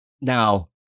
now